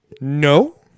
No